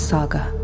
Saga